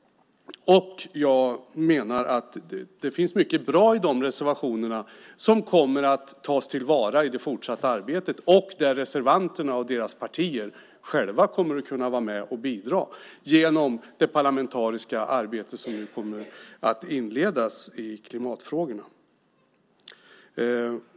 Det finns mycket bra i de reservationerna som kommer att tas till vara i det fortsatta arbetet där reservanterna och deras partier kommer att kunna vara med och bidra genom det parlamentariska arbete som kommer att inledas i klimatfrågorna.